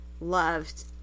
loved